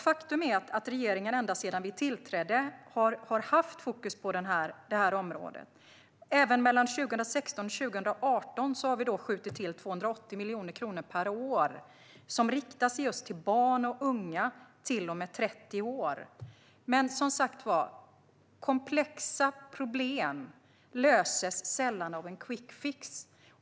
Faktum är att regeringen ända sedan den tillträdde har haft fokus på det här området. Även för 2016-2018 har vi skjutit till 280 miljoner kronor per år som riktas till just barn och unga upp till och med 30 års ålder. Men som sagt var: Komplexa problem löses sällan med en quickfix.